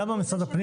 למה משרד הפנים